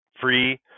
free